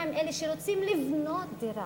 מה עם אלה שרוצים לבנות דירה?